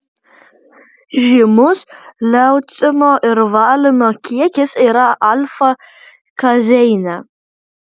žymus leucino ir valino kiekis yra alfa kazeine